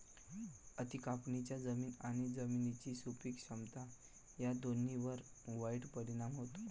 अति कापणीचा जमीन आणि जमिनीची सुपीक क्षमता या दोन्हींवर वाईट परिणाम होतो